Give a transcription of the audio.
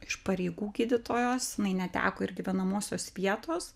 iš pareigų gydytojos jinai neteko ir gyvenamosios vietos